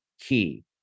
key